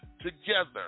together